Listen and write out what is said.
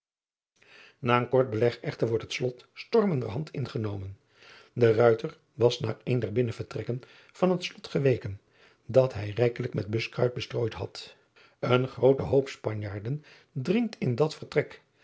a een kort beleg echter wordt het lot stormenderhand ingenomen was naar een der binnenvertrekken van het lot geweken dat hij rijkelijk met buskruid bestrooid had en groote hoop panjaarden dringt in dat vertrek